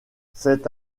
c’est